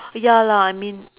ya lah I mean